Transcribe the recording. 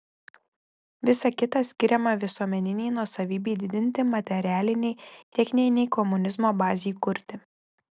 visa kita skiriama visuomeninei nuosavybei didinti materialinei techninei komunizmo bazei kurti